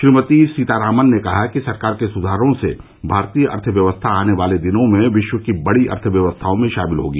श्रीमती सीतारामन ने कहा कि सरकार के सुधारों से भारतीय अर्थव्यवस्था आने वाले दिनों में विश्व की बड़ी अर्थव्यवस्थाओं में शामिल होगी